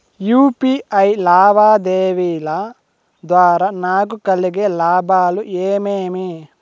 UPI లావాదేవీల ద్వారా నాకు కలిగే లాభాలు ఏమేమీ?